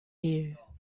here